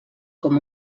com